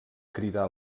cridar